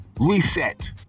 reset